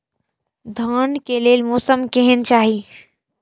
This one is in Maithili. धान के लेल मौसम केहन चाहि?